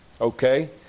okay